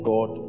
God